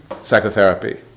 psychotherapy